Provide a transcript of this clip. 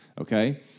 okay